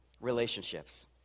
relationships